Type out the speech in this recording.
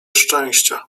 szczęścia